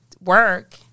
work